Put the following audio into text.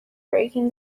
breaking